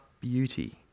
beauty